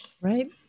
right